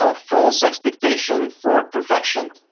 ah false expectation for perfection,